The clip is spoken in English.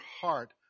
heart